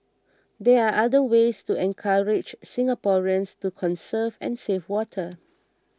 there are other ways to encourage Singaporeans to conserve and save water